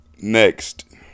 Next